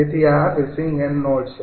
તેથી આ receiving end node છે